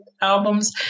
Albums